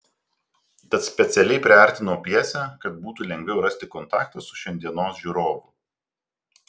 tad specialiai priartinau pjesę kad būtų lengviau rasti kontaktą su šiandienos žiūrovu